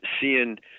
seeing